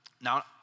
Now